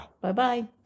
Bye-bye